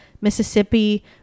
Mississippi